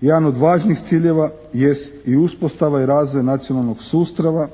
Jedan od važnih ciljeva jest i uspostava i razvoj nacionalnog sustava